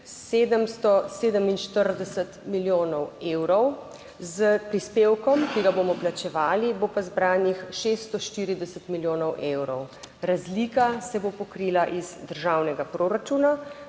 747 milijonov evrov, s prispevkom, ki ga bomo plačevali, bo pa zbranih 640 milijonov evrov. Razlika se bo pokrila iz državnega proračuna,